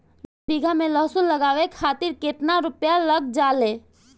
दस बीघा में लहसुन उगावे खातिर केतना रुपया लग जाले?